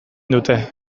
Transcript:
dute